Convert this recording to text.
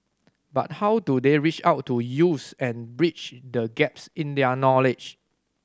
but how do they reach out to youths and bridge the gaps in their knowledge